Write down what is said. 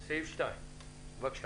בבקשה,